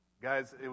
Guys